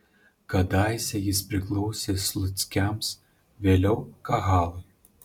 kadaise jis priklausė sluckiams vėliau kahalui